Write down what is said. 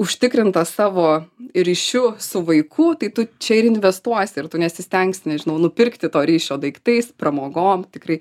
užtikrintas savo ryšiu su vaiku tai tu čia ir investuosi ir tu nesistengsi nežinau nupirkti to ryšio daiktais pramogom tikrai